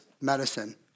medicine